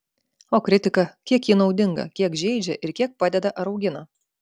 o kritika kiek ji naudinga kiek žeidžia ir kiek padeda ar augina